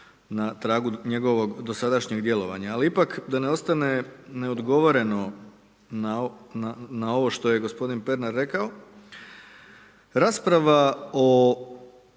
na tragu njegovog dosadašnjeg djelovanja. Ali, ipak da ne ostane neodgovoreno na ovo što je gospodin Pernar rekao, rasprava o